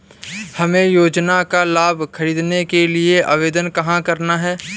हमें योजना का लाभ ख़रीदने के लिए आवेदन कहाँ करना है?